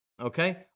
okay